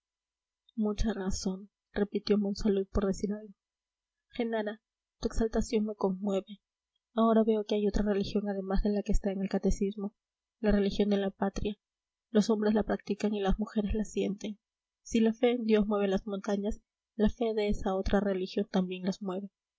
mucha razón repitió monsalud por decir algo genara tu exaltación me conmueve ahora veo que hay otra religión además de la que está en el catecismo la religión de la patria los hombres la practican y las mujeres la sienten si la fe en dios mueve las montañas la fe de esa otra religión también las